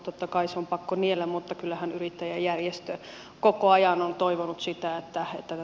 totta kai se on pakko niellä mutta kyllähän yrittäjäjärjestö koko ajan on toivonut sitä että hyöty